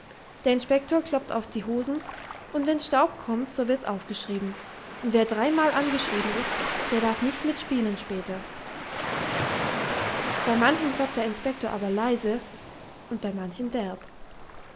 der inspektor kloppt auf die hosen und wenn staub kommt so wirds aufgeschrieben und wer drei mal angeschrieben ist der darf nicht mit spielen später bei manchen kloppt der inspektor aber leise und bei manchen derb